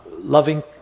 loving